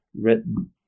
written